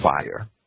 fire